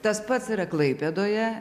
tas pats yra klaipėdoje